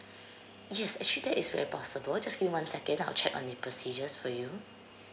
yes actually that is very possible just give me one second I'll check on the procedures for you